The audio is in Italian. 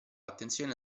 attenzione